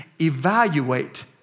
evaluate